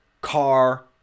car